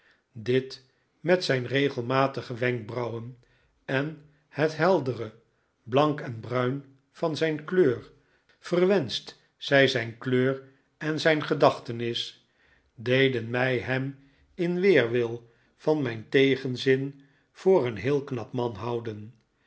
dit met zijn regelmatige wenkbrauwen en het heldere blank en bruin van zijn kleur verwenscht zij zijn kleur en zijn gedachtenis deden mij hem in weerwil van mijn tegenzin voor een heel knap man houden